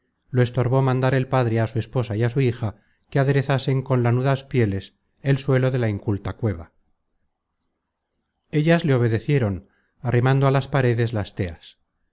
lo estorbó mandar el padre á su esposa y á su hija que aderezasen con lanudas pieles el suelo de la inculta cueva ellas le obedecieron arrimando á las paredes las teas